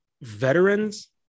veterans